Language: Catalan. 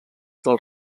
dels